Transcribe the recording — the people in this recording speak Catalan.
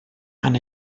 amb